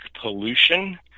pollution